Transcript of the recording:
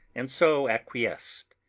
and so acquiesced.